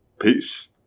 Peace